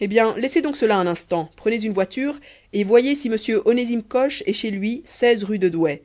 eh bien laissez donc ça un instant prenez une voiture et voyez si m onésime coche est chez lui rue de douai